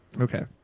Okay